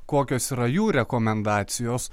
kokios yra jų rekomendacijos